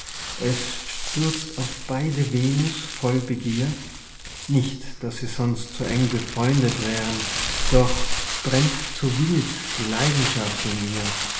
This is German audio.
es stürzt auf beide venus voll begier nicht daß sie sonst so eng befreundet wären doch brennt zu wild die leidenschaft in ihr